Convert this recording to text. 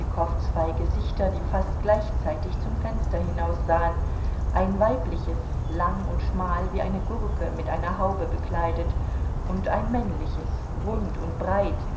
zwei gesichter die fast gleichzeitig zum fenster hinaussahen ein weibliches lang und schmal wie eine gurke mit einer haube bekleidet und ein männliches rund und breit